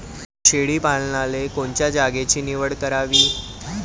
शेळी पालनाले कोनच्या जागेची निवड करावी?